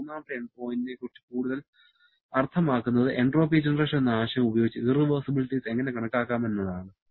ഈ മൂന്നാമത്തെ പോയിന്റിനെക്കുറിച്ച് കൂടുതൽ അർത്ഥമാക്കുന്നത് എൻട്രോപ്പി ജനറേഷൻ എന്ന ആശയം ഉപയോഗിച്ച് ഇറവെർസിബിലിറ്റീസ് എങ്ങനെ കണക്കാക്കാമെന്നതാണ്